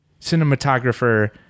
cinematographer